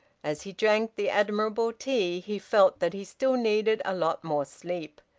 as he drank the admirable tea he felt that he still needed a lot more sleep.